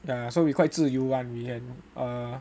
ya so we quite 自游 [one] we can err